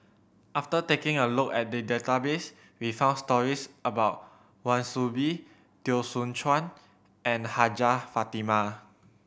after taking a look at the database we found stories about Wan Soon Bee Teo Soon Chuan and Hajjah Fatimah